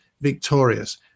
victorious